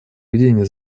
ведения